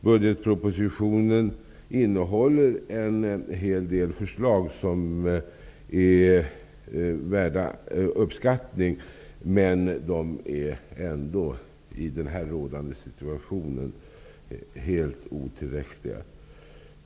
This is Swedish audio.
Budgetpropositionen innehåller en hel del förslag som är värda uppskattning, men de är ändå i den nu rådande situationen otillräckliga.